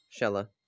Shella